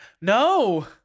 no